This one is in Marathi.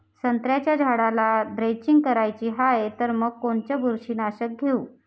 संत्र्याच्या झाडाला द्रेंचींग करायची हाये तर मग कोनच बुरशीनाशक घेऊ?